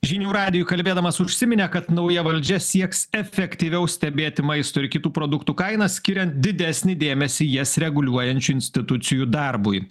žinių radijui kalbėdamas užsiminė kad nauja valdžia sieks efektyviau stebėti maisto ir kitų produktų kainas skirian didesnį dėmesį jas reguliuojančių institucijų darbui